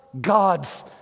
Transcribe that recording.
gods